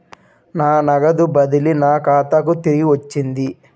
నా నగదు బదిలీ నా ఖాతాకు తిరిగి వచ్చింది